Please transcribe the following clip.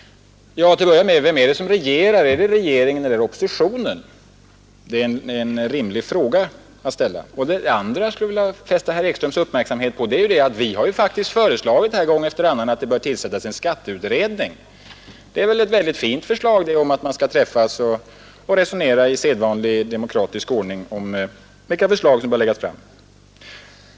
Till att börja med: Vem är det som regerar, regeringen eller oppositionen? Det är en rimlig fråga att ställa. Vidare skulle jag vilja fästa herr Ekströms uppmärksamhet på att vi faktiskt har föreslagit gång efter annan att det bör tillsättas en skatteutredning. Det är väl ett mycket fint förslag om att man skall träffas och resonera i sedvanlig demokratisk ordning om vilka förslag som bör läggas fram.